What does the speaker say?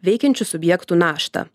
veikiančių subjektų naštą